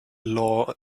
law